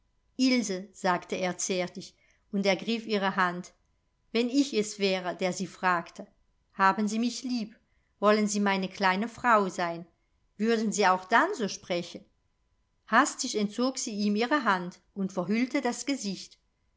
ilse sagte er zärtlich und ergriff ihre hand wenn ich es wäre der sie fragte haben sie mich lieb wollen sie meine kleine frau sein würden sie auch dann so sprechen hastig entzog sie ihm ihre hand und verhüllte das gesicht